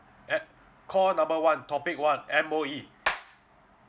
at call number one topic one M_O_E